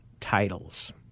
titles